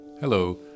Hello